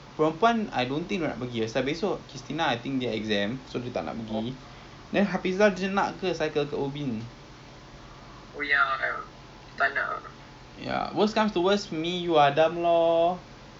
car lite I think is err I think kalau the most expensive one right is err four dollars per four or six dollars per fifteen minutes